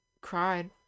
cried